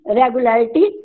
regularity